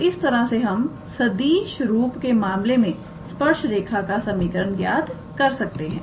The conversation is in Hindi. तो इस तरह से हम सदिश रूप के मामले में स्पर्श रेखा का समीकरण ज्ञात कर सकते हैं